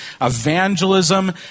Evangelism